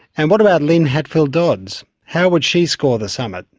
and what about lin hatfield dodds. how would she score the summit,